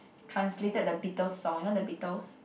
translated the Beatle song you know the Beatles